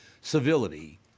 Civility